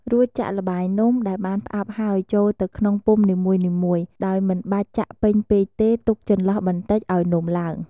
រួចចាក់ល្បាយនំដែលបានផ្អាប់ហើយចូលទៅក្នុងពុម្ពនីមួយៗ ដោយមិនបាច់ចាក់ពេញពេកទេ ទុកចន្លោះបន្តិចឱ្យនំឡើង។